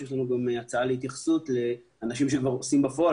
שיש לנו גם הצעה להתייחסות לאנשים שעושים בפועל